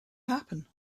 happen